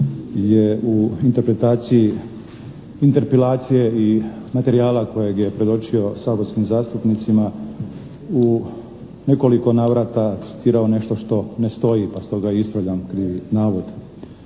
je u interpretaciji interpelacije i materijala kojeg je predočio saborskim zastupnicima u nekoliko navrata citirao nešto što ne stoji pa stoga ispravljam krivi navod.